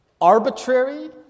arbitrary